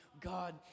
God